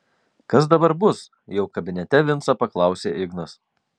kas dabar bus jau kabinete vincą paklausė ignas